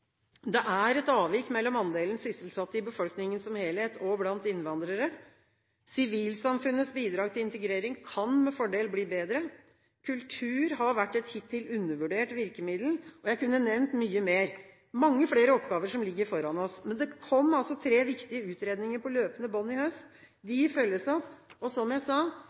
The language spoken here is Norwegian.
Det tas det tak i. Det er et avvik mellom andelen sysselsatte i befolkningen som helhet og blant innvandrere. Sivilsamfunnets bidrag til integrering kan med fordel bli bedre. Kultur har vært et hittil undervurdert virkemiddel. Jeg kunne nevnt mye mer – mange flere oppgaver som ligger foran oss. Men det kom altså tre viktige utredninger på løpende bånd i høst. De følges opp, og – som jeg sa